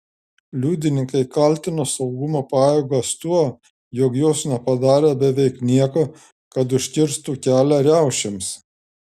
liudininkai kaltino saugumo pajėgas tuo jog jos nepadarė beveik nieko kad užkirstų kelią riaušėms